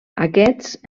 aquests